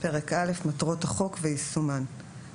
(ציון זכרו ופועלו),